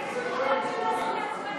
חוק הנוער (שפיטה,